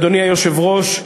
אדוני היושב-ראש,